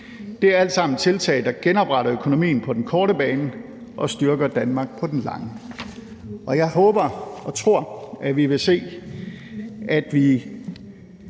Det er alt sammen tiltag, der genopretter økonomien på den korte bane og styrker Danmark på den lange. Jeg håber og tror, at vi vil se, at vi